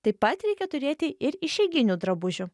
taip pat reikia turėti ir išeiginių drabužių